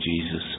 Jesus